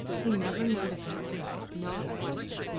he never noticed her not once.